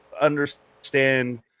understand